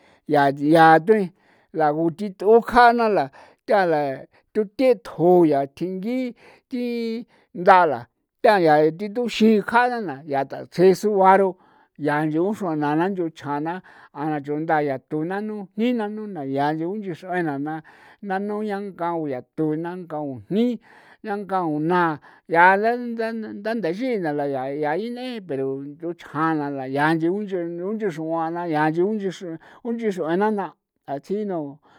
Yaa ya thuin la gu thi th'u kjana la tha ya tu the thjo yaa thjingi thi ndala thaya thi tuxin kjana na yaa tatsje sugua ro yaa unche xruana na nchu chjana a na chunda yatu nanu jni nanu na yaa unche xruana na nanu yankao yatu, yankao jni, yankau na, ya la ntha ntha nthaxii na la ya ya ine pero nchu chjana la ya nchi unche unche xruana yaa nchi unche unche xruana na atsjinu.